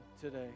today